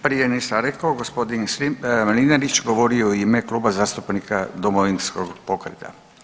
Prije nisam rekao, g. Mlinarić govorio je u ime Kluba zastupnika Domovinskog pokreta.